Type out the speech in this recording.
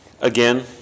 again